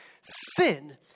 Sin